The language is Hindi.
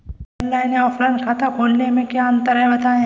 ऑनलाइन या ऑफलाइन खाता खोलने में क्या अंतर है बताएँ?